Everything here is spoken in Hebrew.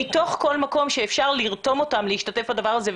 מתוך כל מקום שאפשר לרתום אותם להשתתף בדבר הזה,